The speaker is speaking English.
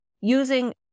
Using